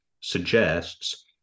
suggests